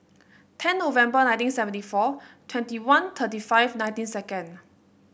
ten November nineteen seventy four twenty one thirty five nineteen second